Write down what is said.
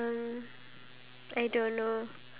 no we won't